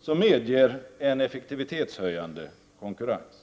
som medger en effektivitetshöjande konkurrens.